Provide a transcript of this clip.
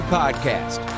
podcast